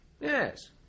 Yes